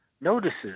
notices